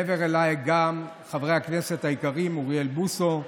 מעבר לי, גם חברי הכנסת היקרים אוריאל בוסו,